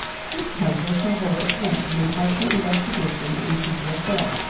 this council shall hold at once an impartial investigation into the affair,